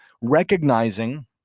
recognizing